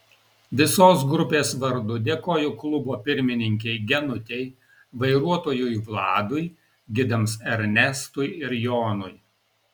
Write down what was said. visos grupės vardu dėkoju klubo pirmininkei genutei vairuotojui vladui gidams ernestui ir jonui